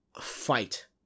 fight